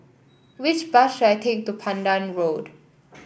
which bus should I take to Pandan Road